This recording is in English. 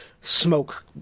smoke